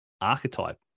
archetype